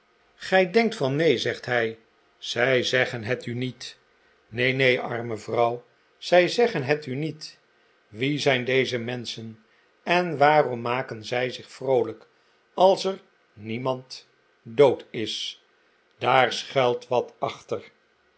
gij denkt van neen zei hij zij zeggen het u niet neen neen arme vrouw zij zeggen het u niet wie zijn deze menschen en waarom maken zij zich vroolijk als er niemand dood is daar schuilt wat achter